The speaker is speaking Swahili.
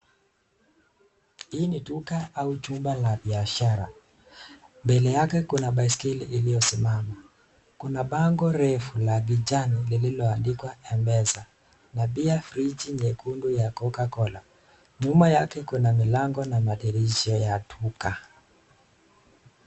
Hii ni duka au chumba la biashara, mbele yake kuna baiskeli iliyosimama kuna bango refu la kijani lilioandikwa Mpesa na pia friji nyekundu ya Cocacola, nyuma yake kuna milango na madirisha ya duka.